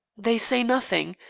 they say nothing.